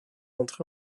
entrer